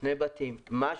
שני בתים עם קושי,